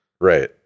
Right